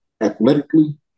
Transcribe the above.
athletically